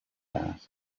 asked